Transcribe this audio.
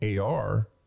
AR